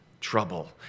trouble